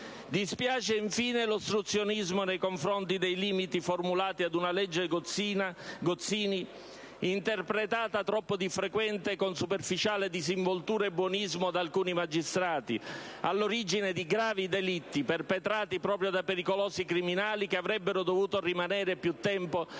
Dispiace, infine, l'ostruzionismo nei confronti dei limiti formulati ad una legge Gozzini, interpretata troppo di frequente con superficiale disinvoltura e buonismo da alcuni magistrati, all'origine di gravi delitti perpetrati proprio da pericolosi criminali, che avrebbero dovuto rimanere più tempo nelle